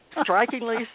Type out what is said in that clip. strikingly